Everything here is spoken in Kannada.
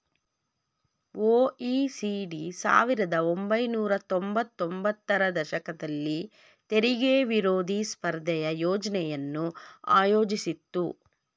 ಒ.ಇ.ಸಿ.ಡಿ ಸಾವಿರದ ಒಂಬೈನೂರ ತೊಂಬತ್ತ ಒಂಬತ್ತರ ದಶಕದಲ್ಲಿ ತೆರಿಗೆ ವಿರೋಧಿ ಸ್ಪರ್ಧೆಯ ಯೋಜ್ನೆಯನ್ನು ಆಯೋಜಿಸಿತ್ತು